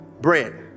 Bread